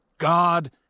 God